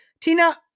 Tina